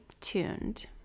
tuned